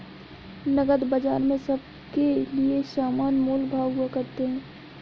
नकद बाजार में सबके लिये समान मोल भाव हुआ करते हैं